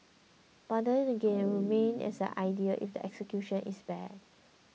but again it will remain as an idea if the execution is bad